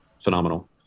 phenomenal